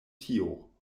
tio